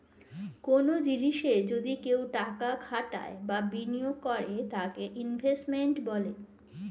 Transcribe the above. কনো জিনিসে যদি কেউ টাকা খাটায় বা বিনিয়োগ করে তাকে ইনভেস্টমেন্ট বলে